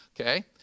Okay